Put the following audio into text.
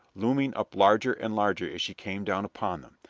looming up larger and larger as she came down upon them.